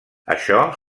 això